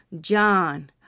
John